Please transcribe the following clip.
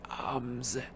arms